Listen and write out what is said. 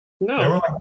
no